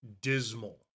dismal